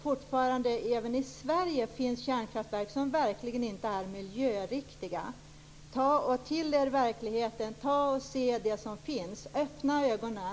Fortfarande finns det i Sverige kärnkraftverk som verkligen inte är miljöriktiga. Ta till er verkligheten, se det som finns, öppna ögonen!